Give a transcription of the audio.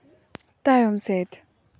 ᱛᱟᱭᱚᱢ ᱥᱮᱫ